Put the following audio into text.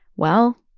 well.